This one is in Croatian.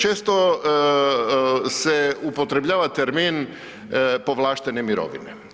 Često se upotrebljava termin povlaštene mirovine.